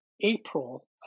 April